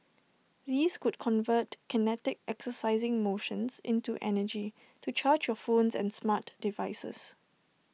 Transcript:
these could convert kinetic exercising motions into energy to charge your phones and smart devices